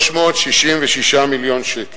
366 מיליון שקל.